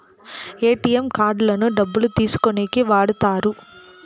ATM కార్డులను డబ్బులు తీసుకోనీకి వాడుతారు